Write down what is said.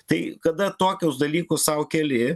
tai kada tokius dalykus sau keli